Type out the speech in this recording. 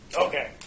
Okay